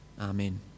Amen